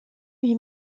lui